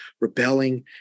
rebelling